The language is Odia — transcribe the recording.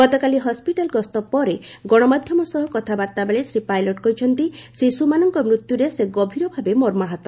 ଗତକାଲି ହସ୍କିଟାଲ ଗସ୍ତ ପରେ ଗଣମାଧ୍ୟମ ସହ କଥାବାର୍ତ୍ତା ବେଳେ ଶ୍ରୀ ପାଇଲଟ କହିଛନ୍ତି ଶିଶୁମାନଙ୍କ ମୃତ୍ୟୁରେ ସେ ଗଭୀର ଭାବେ ମର୍ମାହତ